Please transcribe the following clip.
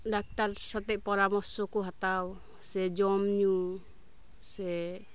ᱰᱟᱛᱟᱨ ᱥᱟᱶᱛᱮ ᱯᱚᱨᱟᱢᱚᱨᱥᱚ ᱠᱚ ᱦᱟᱛᱟᱣ ᱥᱮ ᱡᱚᱢ ᱧᱩ ᱥᱮ